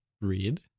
read